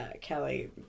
Kelly